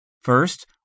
First